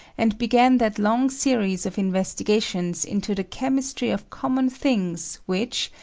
and began that long series of investigations into the chemistry of common things which,